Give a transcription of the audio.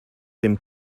dem